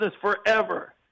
forever